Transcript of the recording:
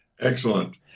Excellent